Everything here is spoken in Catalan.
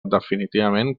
definitivament